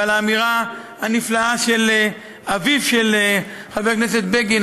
ועל האמירה הנפלאה של אביו של חבר הכנסת בגין,